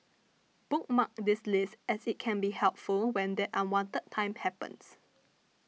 bookmark this list as it can be helpful when that unwanted time happens